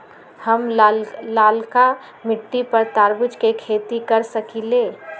हम लालका मिट्टी पर तरबूज के खेती कर सकीले?